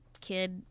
Kid